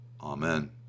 Amen